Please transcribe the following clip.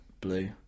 Blue